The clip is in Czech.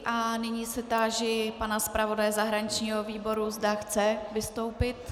A nyní se táži pana zpravodaje zahraničního výboru, zda chce vystoupit.